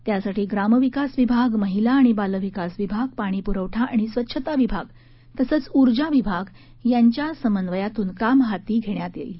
त्यासाठी ग्रामविकास विभाग महिला आणि बालविकास विभाग पाणीपुरवठा आणि स्वच्छता विभाग तसंच ऊर्जा विभाग यांच्या समन्वयातून काम हाती घेण्यात येईल